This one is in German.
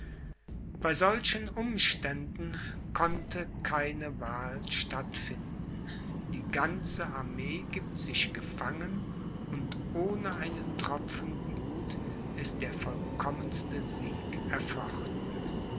bei solchen umständen konnte keine wahl stattfinden die ganze armee gibt sich gefangen und ohne einen tropfen blut ist der vollkommenste sieg erfochten